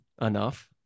enough